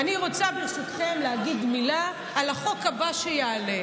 אני רוצה ברשותכם להגיד מילה על החוק הבא שיעלה,